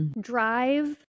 drive